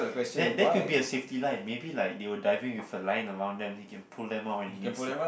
that that could be a safety line maybe like they were diving with a line around them so can pull them out when it needs to